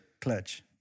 Clutch